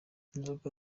inzoga